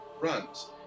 runs